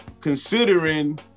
considering